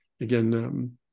Again